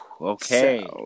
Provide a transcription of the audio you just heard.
okay